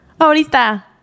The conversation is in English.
Ahorita